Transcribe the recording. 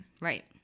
Right